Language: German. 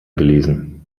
gelesen